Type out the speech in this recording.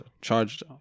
charged